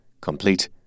complete